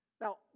Now